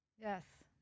Yes